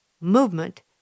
movement